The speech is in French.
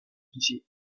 viser